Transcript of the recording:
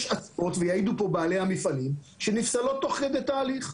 יש בדיקות ויעידו פה בעלי המפעלים שנפסלות תוך כדי תהליך.